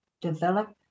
develop